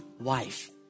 wife